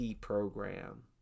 program